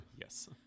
Yes